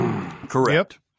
Correct